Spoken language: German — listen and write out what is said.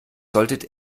solltet